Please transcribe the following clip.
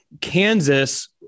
Kansas